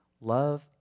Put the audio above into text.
Love